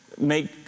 make